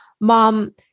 Mom